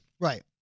Right